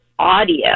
Audio